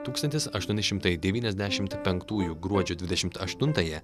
tūkstantis aštuoni šimtai devyniasdešimt penktųjų gruodžio dvidešimt aštuntąją